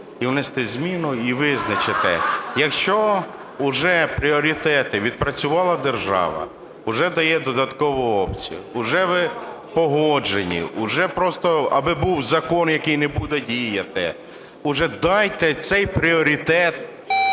внести зміну і визначити, якщо вже пріоритети відпрацювала держава, уже дає додаткову опцію, уже ви погоджені, уже просто аби був закон, який не буде діяти, уже дайте цей пріоритет